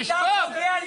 תשתוק,